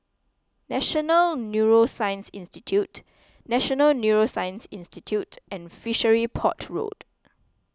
National Neuroscience Institute National Neuroscience Institute and Fishery Port Road